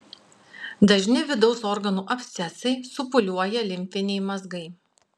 dažni vidaus organų abscesai supūliuoja limfiniai mazgai